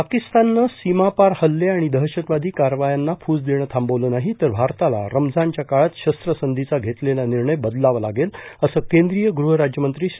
पाकिस्ताननं सीमा पार हल्ले आणि दहशतवादी कारवायांना फूस देणं थांबवल नाही तर भारताला रमझानच्या काळात शस्त्रसंधीचा घेतलेला निर्णय बदलावा लागेल असं केंद्रीय गृहराज्यमंत्री श्री